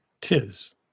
tis